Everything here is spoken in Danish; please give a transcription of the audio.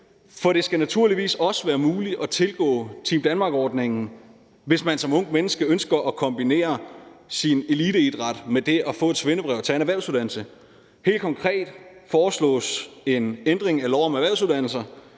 for det skal naturligvis også være muligt at tilgå Team Danmark-ordningen, hvis man som ungt menneske ønsker at kombinere sin eliteidræt med det at få et svendebrev og tage en erhvervsuddannelse. Helt konkret foreslås en ændring af lov om erhvervsuddannelser,